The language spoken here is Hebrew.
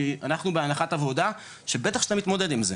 כי אנחנו בהנחת עבודה שבטח שאתה מתמודד עם זה,